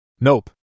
Nope